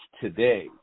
today